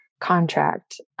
contract